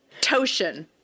Toshin